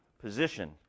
position